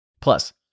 Plus